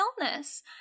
illness